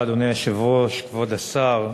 אדוני היושב-ראש, תודה רבה, כבוד השר,